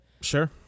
Sure